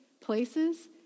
places